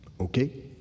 okay